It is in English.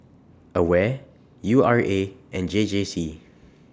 AWARE U R A and J J C